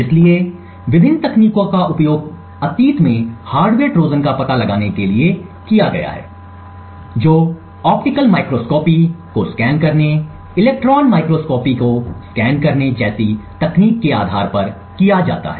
इसलिए विभिन्न तकनीकों का उपयोग अतीत में हार्डवेयर ट्रोजन का पता लगाने के लिए किया गया है जो ऑप्टिकल माइक्रोस्कोपी को स्कैन करने इलेक्ट्रॉन माइक्रोस्कोपी को स्कैन करने जैसी तकनीक के आधार पर किया जाता है